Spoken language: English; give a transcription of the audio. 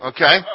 Okay